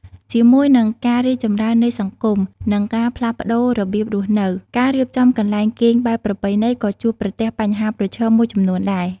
ជាមួយនឹងការរីកចម្រើននៃសង្គម និងការផ្លាស់ប្តូររបៀបរស់នៅ ការរៀបចំកន្លែងគេងបែបប្រពៃណីក៏ជួបប្រទះបញ្ហាប្រឈមមួយចំនួនដែរ។